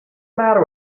matter